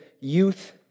youth